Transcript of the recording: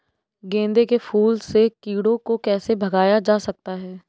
गेंदे के फूल से कीड़ों को कैसे भगाया जा सकता है?